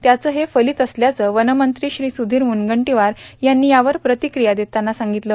त्याचं हे फलित असल्याचं वनमंत्री श्री सुधीर मुनगंटीवार यांनी यावर प्रतिक्रिया देताना सांगितलं